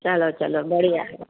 चलो चलो बढ़िया